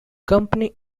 company